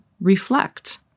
reflect